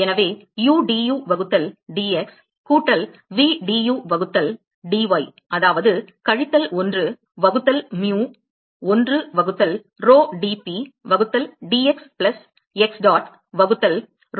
எனவே udu வகுத்தல் dx கூட்டல் vdu வகுத்தல் dy அதாவது கழித்தல் 1 வகுத்தல் mu 1 வகுத்தல் rho dP வகுத்தல் dx பிளஸ் x dot வகுத்தல் rho க்கு சமம்